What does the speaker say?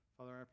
Father